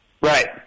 Right